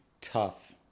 tough